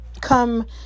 come